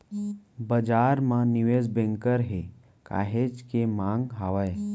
बजार म निवेस बेंकर के काहेच के मांग हावय